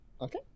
Okay